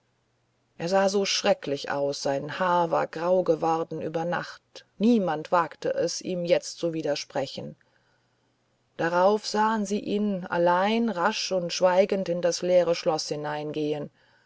er sah so schrecklich aus sein haar war grau geworden über nacht niemand wagte es ihm jetzt zu widersprechen darauf sahen sie ihn allein rasch und schweigend in das leere schloß hineingehen